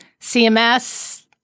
CMS